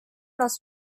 los